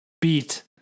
beat